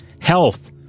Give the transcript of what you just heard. health